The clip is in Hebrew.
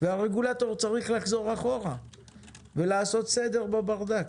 והרגולטור צריך לחזור אחורה ולעשות סדר בברדק.